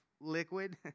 liquid